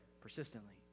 persistently